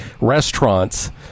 restaurants